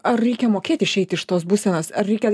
ar reikia mokėt išeit iš tos būsenos ar reikia